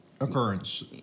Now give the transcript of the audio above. occurrence